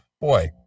Boy